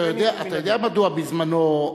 אתה יודע מדוע בזמנו,